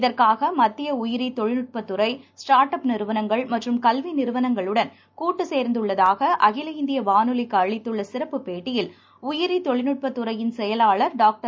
இதற்காக மத்திய உயிரி தொழில்நுட்பத்துறை ஸ்டாா்ட் அப் நிறுவனங்கள் மற்றும் கல்வி நிறுவனங்களுடன் கூட்டு சேர்ந்துள்ளதாக அகில இந்திய வானொலிக்கு அளித்துள்ள சிறப்புபேட்டியில் உயிரி தொழில்நுட்பத் துறையின் செயலாளர் டாக்டர்